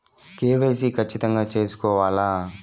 KYC ఖచ్చితంగా సేసుకోవాలా